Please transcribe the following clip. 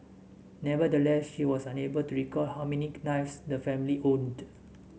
nevertheless she was unable to recall how many knives the family owned